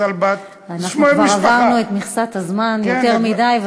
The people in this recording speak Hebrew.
אנחנו כבר עברנו את מכסת הזמן יותר מדי,